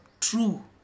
true